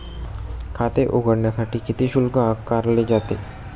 खाते उघडण्यासाठी किती शुल्क आकारले जाते?